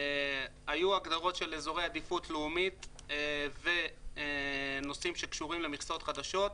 היו הגדרות של אזורי עדיפות לאומית ונושאים שקשורים למכסות חדשות,